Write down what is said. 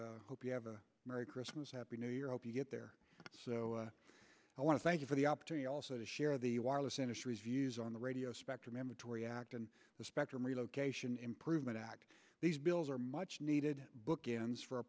members hope you have a merry christmas happy new year hope you get there so i want to thank you for the opportunity also to share the wireless industry's views on the radio spectrum amatory act and the spectrum relocation improvement act these bills are much needed bookends for a